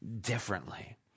differently